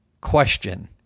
question